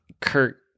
Kurt